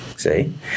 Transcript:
See